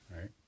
Right